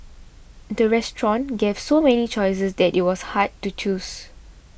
the restaurant gave so many choices that it was hard to choose